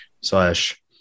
slash